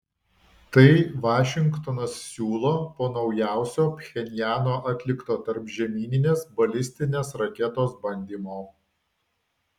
tai vašingtonas siūlo po naujausio pchenjano atlikto tarpžemyninės balistinės raketos bandymo